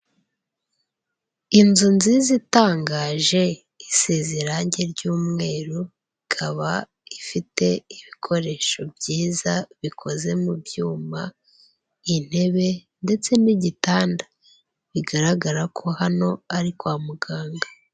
Inzu nziza itangaje isize irange ry'umweru, ikaba ifite ibikoresho byiza bikoze mu byuma, intebe ndetse n'igitanda bigaragara ko hano ari kwa muganga.